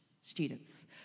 students